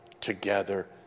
together